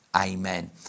Amen